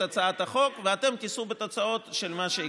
הצעת החוק ואתם תישאו בתוצאות של מה שיקרה.